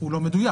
לא מלא.